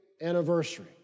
anniversary